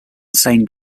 saint